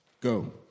Go